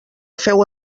féu